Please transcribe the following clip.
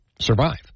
survive